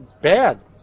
bad